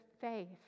faith